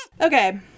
Okay